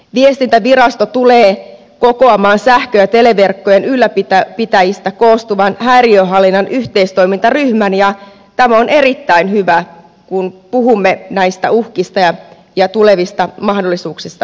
viestintävirasto tulee kokoamaan sähkö ja televerkkojen ylläpitäjistä koostuvan häiriöhallinnan yhteistoimintaryhmän ja tämä on erittäin hyvä kun puhumme näistä uhkista ja tulevista mahdollisuuksista suomessa